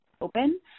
open